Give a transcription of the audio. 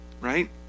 right